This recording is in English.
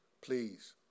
please